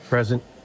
Present